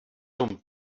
tom